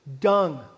dung